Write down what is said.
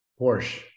Porsche